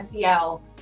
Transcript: SEL